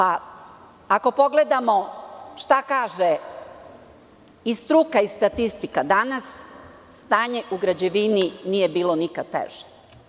Ako pogledamo šta kaže i struka i statistika danas, stanje u građevini nije bilo nikad teže.